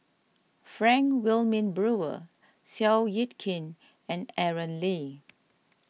Frank Wilmin Brewer Seow Yit Kin and Aaron Lee